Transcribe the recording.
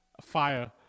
fire